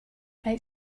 might